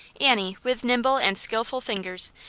annie, with nimble and skilful fingers,